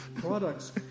products